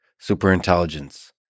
Superintelligence